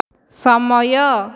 ସମୟ